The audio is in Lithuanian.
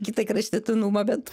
kitą kraštutinumą bet